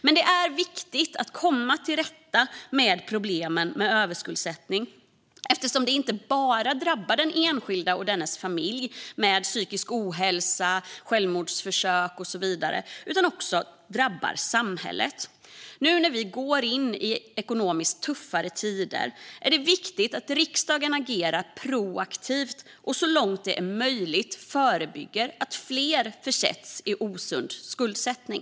Men det är viktigt att komma till rätta med problemen med överskuldsättning eftersom de inte bara drabbar den enskilda och dennes familj, med psykisk ohälsa, självmordsförsök och så vidare, utan också drabbar samhället. Nu när vi gå in i ekonomiskt tuffare tider är det viktigt att riksdagen agerar proaktivt och så långt det är möjligt förebygger att fler försätts i osund skuldsättning.